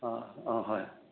ꯑꯥ ꯑꯥ ꯍꯣꯏ